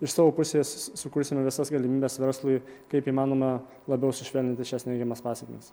iš savo pusės sukursime visas galimybes verslui kaip įmanoma labiau sušvelninti šias neigiamas pasekmes